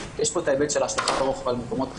יש פה את ההיבט של השלכת הרוחב על מקומות אחרים.